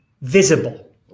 visible